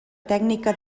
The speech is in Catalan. tècnica